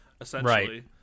essentially